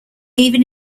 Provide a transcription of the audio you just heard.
even